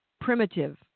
primitive